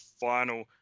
final